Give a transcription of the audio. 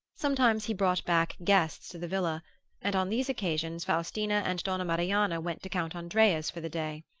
sometimes he brought back guests to the villa and on these occasions faustina and donna marianna went to count andrea's for the day.